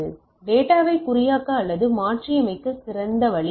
டேட்டாவை குறியாக்க அல்லது மாற்றி அமைக்க சிறந்த வழி உண்டு